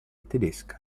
tedesca